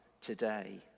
today